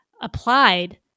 applied